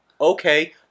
Okay